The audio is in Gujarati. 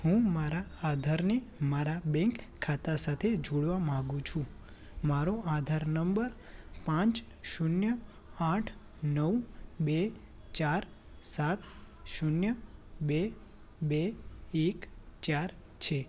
હું મારા આધારને મારા બેંક ખાતા સાથે જોડવા માગું છું મારો આધાર નંબર પાંચ શૂન્ય આઠ નવ બે ચાર સાત શૂન્ય બે બે એક ચાર છે